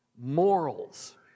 Morals